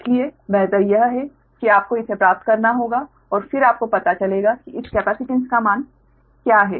इसलिए बेहतर यह है कि आपको इसे प्राप्त करना होगा और फिर आपको पता चलेगा कि इस कैपेसिटेंस का मान क्या है